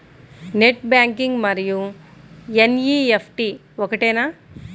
Net banking మరియు NEFT ఒకటేనా?